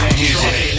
music